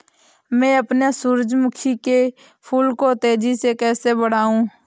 मैं अपने सूरजमुखी के फूल को तेजी से कैसे बढाऊं?